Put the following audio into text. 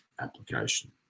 application